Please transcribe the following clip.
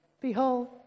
behold